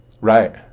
right